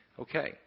Okay